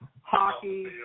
hockey